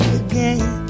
again